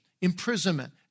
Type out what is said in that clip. imprisonment